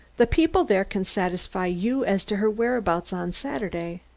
the people there can satisfy you as to her whereabouts on saturday?